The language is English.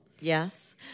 Yes